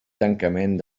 tancament